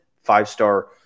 five-star